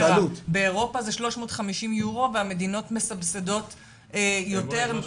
באירופה זה 350 יורו והמדינות מסבסדות יותר,